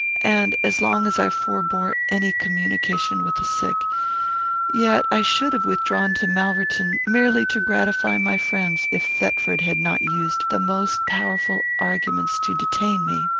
and as long as i forbore any communication with the sick yet i should have withdrawn to malverton, merely to gratify my friends, if thetford had not used the most powerful arguments to detain me.